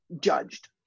judged